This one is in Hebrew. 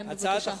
בבקשה.